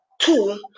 two